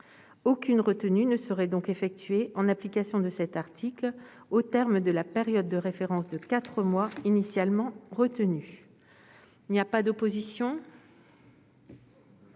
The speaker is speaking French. Aucune retenue ne serait donc effectuée en application de cet article au terme de la période de référence de quatre mois initialement retenue. Il n'y a pas d'opposition ?